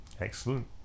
excellent